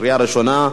לקריאה ראשונה.